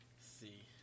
see